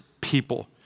people